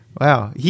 Wow